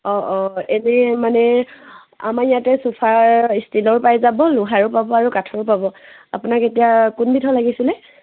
অঁ অঁ এনেই মানে আমাৰ ইয়াতে চোফা ষ্টিলৰো পাই যাব লোহাৰো পাব আৰু কাঠৰো পাব আপোনাক এতিয়া কোনবিধৰ লাগিছিলে